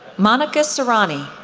monica soraney,